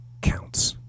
counts